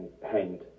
hanged